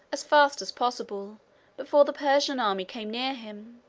as fast as possible before the persian army came near him.